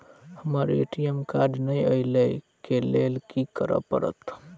हमरा ATM card नै अई लई केँ लेल की करऽ पड़त?